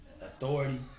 authority